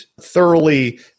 thoroughly